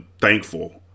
thankful